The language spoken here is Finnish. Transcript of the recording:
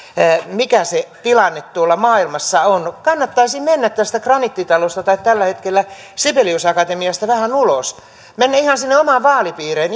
mikä se tilanne tuolla maailmassa on kannattaisi mennä tästä graniittitalosta tai tällä hetkellä sibelius akatemiasta vähän ulos mennä ihan sinne omaan vaalipiiriin